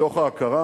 מתוך ההכרה